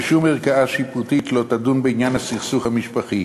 ושום ערכאה לא תדון בעניין הסכסוך המשפחתי,